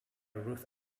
ruth